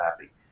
happy